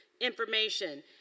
information